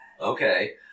Okay